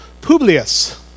Publius